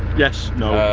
yes, no.